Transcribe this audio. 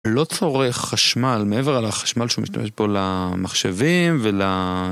לא צורך חשמל, מעבר על החשמל שמשתמש פה למחשבים ול...